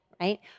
Right